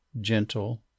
gentle